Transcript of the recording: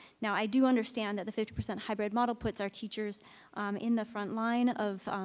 now, i do understand that the fifty percent hybrid model puts our teachers in the frontline of,